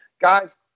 guys